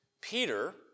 Peter